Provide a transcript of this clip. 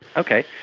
okay.